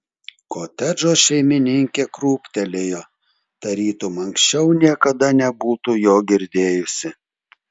kotedžo šeimininkė krūptelėjo tarytum anksčiau niekada nebūtų jo girdėjusi